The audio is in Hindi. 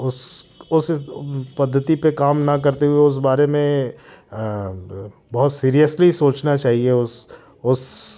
उस उस पद्धति पे काम ना करते हुए उस बारे में बहुत सिरीयसली सोचना चाहिए उस उस